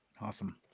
Awesome